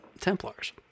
templars